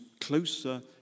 closer